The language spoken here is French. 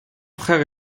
frères